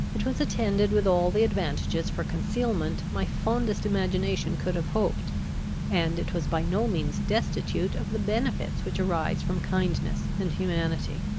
it was attended with all the advantages for concealment my fondest imagination could have hoped and it was by no means destitute of the benefits which arise from kindness and humanity.